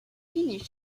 finnish